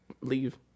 leave